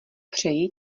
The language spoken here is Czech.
přeji